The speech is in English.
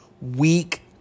weak